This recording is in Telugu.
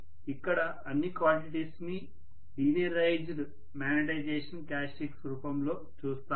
ఇక్కడ అన్ని క్వాెంటిటీస్ ని లీనియరైజ్డ్ మ్యాగ్నెటైజేషన్ క్యారెక్టర్స్టిక్స్ రూపంలో చూస్తాము